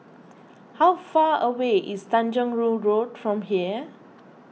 how far away is Tanjong Rhu Road from here